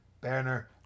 Banner